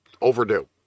overdue